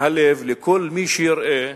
הלב לכל מי שיראה,